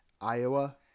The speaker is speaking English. Iowa